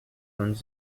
owns